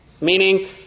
Meaning